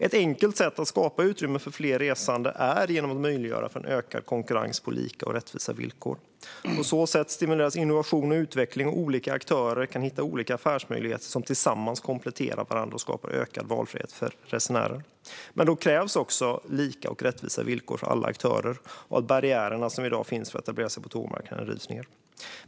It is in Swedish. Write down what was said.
Ett enkelt sätt att skapa utrymme för fler resande är att göra det möjligt för ökad konkurrens på lika och rättvisa villkor. På så sätt stimuleras innovation och utveckling, och olika aktörer kan hitta olika affärsmöjligheter som tillsammans kompletterar varandra och skapar ökad valfrihet för resenärer. Men då krävs också lika och rättvisa villkor för alla aktörer och att barriärerna som i dag finns för att etablera sig på tågmarknaden rivs ned.